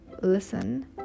listen